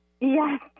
Yes